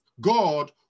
God